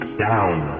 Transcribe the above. down